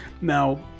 Now